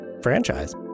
franchise